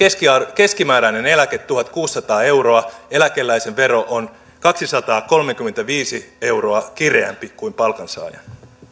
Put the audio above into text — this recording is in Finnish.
keskimääräistä eläkettä tuhatkuusisataa euroa saavan eläkeläisen vero on kaksisataakolmekymmentäviisi euroa kireämpi kuin palkansaajan